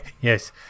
Yes